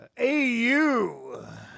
AU